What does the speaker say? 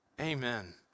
Amen